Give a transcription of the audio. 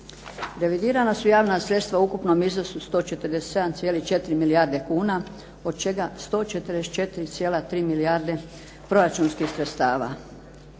Revidirana su javna sredstva u ukupnom iznosu 147,4 milijarde kuna, od čega 144,3 milijarde proračunskih sredstava.